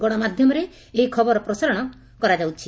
ଗଣମାଧ୍ଧମରେ ଏହି ଖବର ପ୍ରସାରଣ କରାଯାଇଛି